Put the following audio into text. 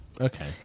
Okay